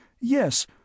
Yes